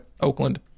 Oakland